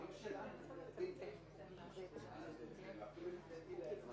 מה פתאום אני כבר מעליל עליו,